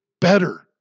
better